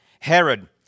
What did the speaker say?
Herod